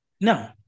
No